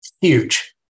Huge